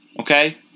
okay